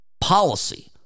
policy